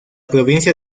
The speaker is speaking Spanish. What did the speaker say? provincia